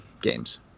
games